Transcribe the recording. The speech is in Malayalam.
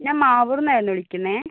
ഞാൻ മാവൂറിൽനിന്നായിരുന്നു വിളിക്കുന്നത്